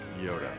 Yoda